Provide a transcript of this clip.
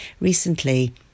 recently